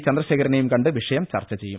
ചന്ദ്രശേഖര നേയും കണ്ട് വിഷയം ചർച്ച ചെയ്യും